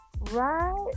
right